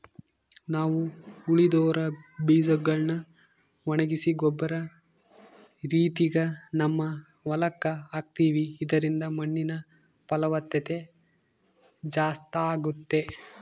ನಾವು ಉಳಿದಿರೊ ಬೀಜಗಳ್ನ ಒಣಗಿಸಿ ಗೊಬ್ಬರ ರೀತಿಗ ನಮ್ಮ ಹೊಲಕ್ಕ ಹಾಕ್ತಿವಿ ಇದರಿಂದ ಮಣ್ಣಿನ ಫಲವತ್ತತೆ ಜಾಸ್ತಾಗುತ್ತೆ